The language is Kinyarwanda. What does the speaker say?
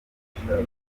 gutangaza